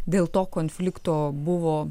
dėl to konflikto buvo